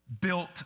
built